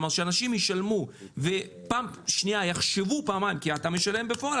כלומר שאנשים ישלמו ופעם שנייה יחשבו פעמיים כי אתה משלם בפועל,